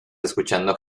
escuchando